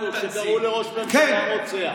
לא שמעתי אותך, כשקראו לראש ממשלה רוצח.